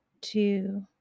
two